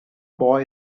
boy